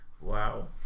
Wow